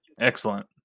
Excellent